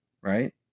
Right